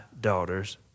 daughters